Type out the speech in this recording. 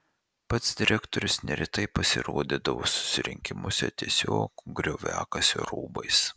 pats direktorius neretai pasirodydavo susirinkimuose tiesiog grioviakasio rūbais